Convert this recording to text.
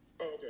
Okay